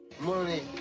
Money